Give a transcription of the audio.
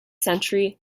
century